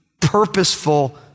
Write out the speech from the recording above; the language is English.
purposeful